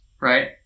right